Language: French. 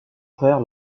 frère